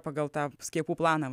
pagal tą skiepų planą